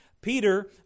Peter